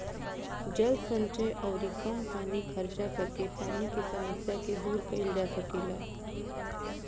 जल संचय अउरी कम पानी खर्चा करके पानी के समस्या के दूर कईल जा सकेला